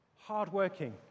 Hardworking